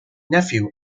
nephew